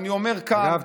אגב,